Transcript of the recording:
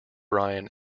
brian